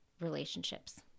relationships